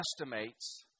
estimates